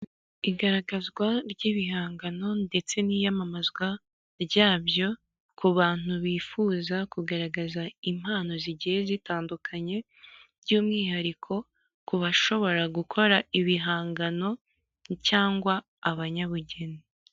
Igaragazwa ry'ibihangano ndetse n'iyamamazwa ryabyo, ku bantu bifuza kugaragaza impano zigiye zitandukanye, by'umwihariko ku bashobora gukora ibihangano cyangwa abanyabugeni.